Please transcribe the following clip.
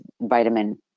vitamin